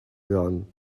done